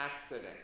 accident